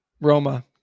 Roma